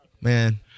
Man